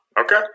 Okay